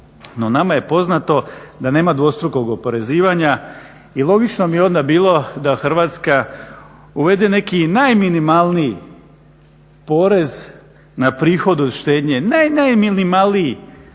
No nama je poznato da nema dvostrukog oporezivanja i logično bi onda bilo da Hrvatska uvede neki najminimalniji porez na prihod od štednje, naj, naj